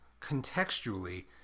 contextually